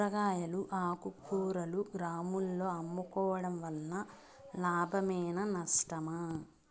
కూరగాయలు ఆకుకూరలు గ్రామాలలో అమ్ముకోవడం వలన లాభమేనా నష్టమా?